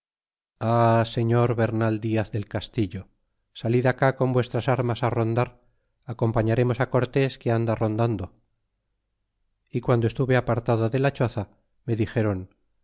a señor bernal diaz del castillo salid acá con vuestras armas á rondar acompañaremos cortés que anda rondando y guando estuve apartado de la choza me dixéron